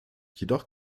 jedoch